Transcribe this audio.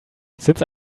since